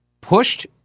pushed